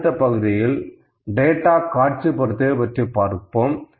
அடுத்த பகுதியில் டேட்டா காட்சிப்படுத்துதல் பற்றி பார்ப்போம்